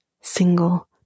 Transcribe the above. single